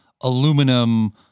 aluminum